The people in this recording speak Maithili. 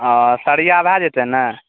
ओ सरिआ भै जेतै ने